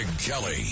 kelly